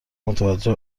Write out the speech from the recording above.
متوجه